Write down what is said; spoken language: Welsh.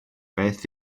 beth